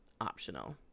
optional